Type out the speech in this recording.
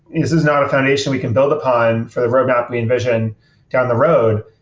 is is not a foundation we can build upon for the roadmap we envisioned down the road.